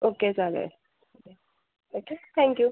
okay चालेल okay okay thank you